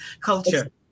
culture